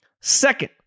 Second